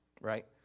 right